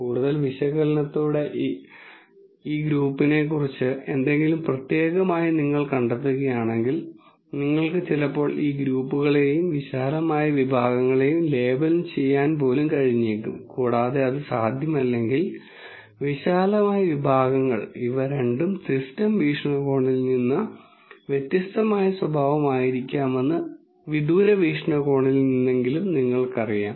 കൂടുതൽ വിശകലനത്തിലൂടെ ഈ ഗ്രൂപ്പിനെക്കുറിച്ച് എന്തെങ്കിലും പ്രത്യേകമായി നിങ്ങൾ കണ്ടെത്തുകയാണെങ്കിൽ നിങ്ങൾക്ക് ചിലപ്പോൾ ഈ ഗ്രൂപ്പുകളെയും വിശാലമായ വിഭാഗങ്ങളെയും ലേബൽ ചെയ്യാൻ പോലും കഴിഞ്ഞേക്കും കൂടാതെ അത് സാധ്യമല്ലെങ്കിൽ വിശാലമായ വിഭാഗങ്ങൾ ഇവ രണ്ടും സിസ്റ്റം വീക്ഷണകോണിൽ നിന്ന് വ്യത്യസ്തമായ സ്വഭാവമായിരിക്കാമെന്ന് വിദൂര വീക്ഷണകോണിൽ നിന്നെങ്കിലും നിങ്ങൾക്കറിയാം